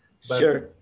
Sure